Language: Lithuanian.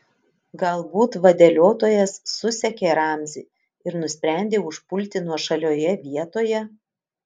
galbūt vadeliotojas susekė ramzį ir nusprendė užpulti nuošalioje vietoje